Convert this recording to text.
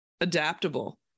adaptable